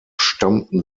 stammten